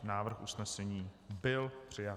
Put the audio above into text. Návrh usnesení byl přijat.